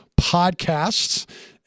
podcasts